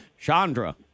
Chandra